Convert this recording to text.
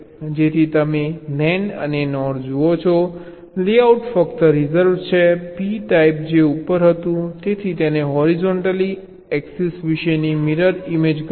તેથી તમે NAND અને NOR જુઓ છો લેઆઉટ ફક્ત રિજર્વ છે p ટાઈપ જે ઉપર હતું તેથી તેને હોરિઝોન્ટલ એક્સિસ વિશેની મિરર ઇમેજ ગમશે